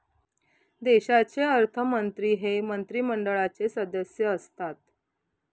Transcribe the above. देशाचे अर्थमंत्री हे मंत्रिमंडळाचे सदस्य असतात